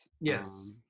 Yes